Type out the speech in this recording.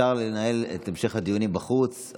אפשר לנהל את המשך הדיונים בחוץ,